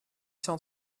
cent